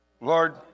Lord